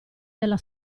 della